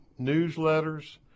newsletters